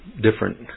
different